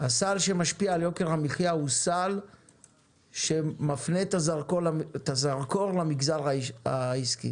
הסל שמשפיע על יוקר המחיה הוא סל שמפנה את הזרקור למגזר העסקי.